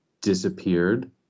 disappeared